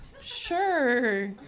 Sure